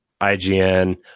IGN